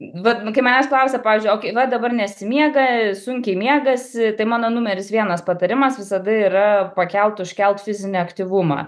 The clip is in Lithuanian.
vat nu kai manęs klausia pavyzdžiui o kai va dabar nesimiega sunkiai miegasi tai mano numeris vienas patarimas visada yra pakelt užkelt fizinį aktyvumą